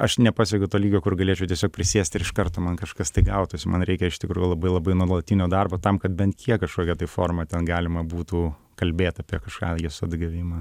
aš nepasiekiau to lygio kur galėčiau tiesiog prisėsti ir iš karto man kažkas tai gautųsi man reikia iš tikrųjų labai labai nuolatinio darbo tam kad bent kiek kažkokią tai formą ten galima būtų kalbėt apie kažką jos atgavimą